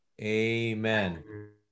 amen